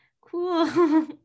cool